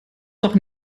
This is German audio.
doch